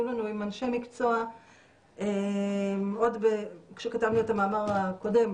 לנו עם אנשי מקצוע עוד כשכתבנו את המאמר הקודם,